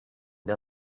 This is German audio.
der